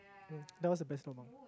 mm that was the best lobang